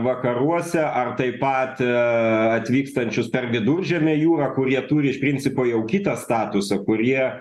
vakaruose ar tai pat atvykstančius per viduržemio jūrą kurie turi iš principo jau kitą statusą kurie